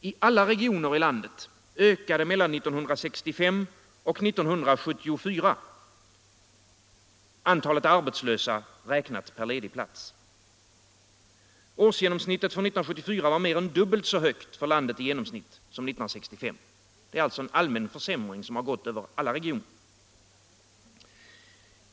I alla regioner i landet ökade antalet arbetslösa räknat per ledig plats mellan åren 1965 och 1974. Årsgenomsnittet arbetslösa i landet var mer än dubbelt så högt 1974 som 1965. En allmän försämring har alltså drabbat alla regioner.